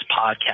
podcast